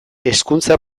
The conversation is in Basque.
hezkuntza